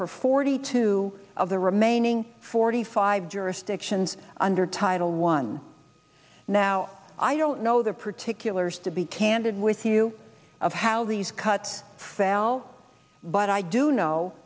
for forty two of the remaining forty five jurisdictions under title one now i don't know the particulars to be candid with you of how these cuts fell but i do know